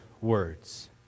words